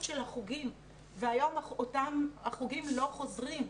של החוגים והיום אותם חוגים לא חוזרים.